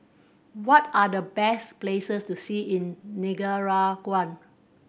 what are the best places to see in Nicaragua